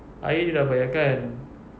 air dia dah bayarkan